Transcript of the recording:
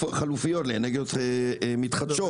חלופיות, לאנרגיות מתחדשות.